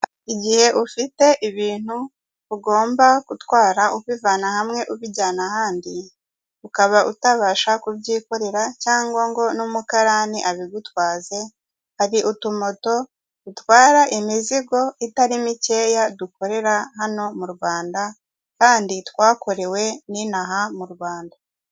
Igihe ufite ibintu ugomba gutwara ubivana hamwe ubijyana ahandi, ukaba utabasha kubyikorera cyangwa ngo n'umukarani abigutwaze, hari utumamoto dutwara imizigo itari mikeya dukorera hano mu Rwanda kandi twakorewe n'inaha mu Rwanda.